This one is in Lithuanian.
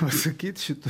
pasakyt šito